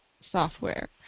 software